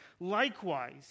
Likewise